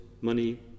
money